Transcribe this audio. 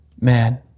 Man